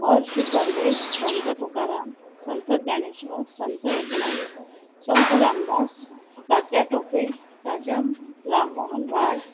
Maharshi Karve Sant Tukaram Sant Dnyaneshwar Sant Eknath Sant Ramdas Tatya Tope Raja Rammohan Rai